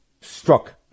struck